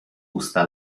usta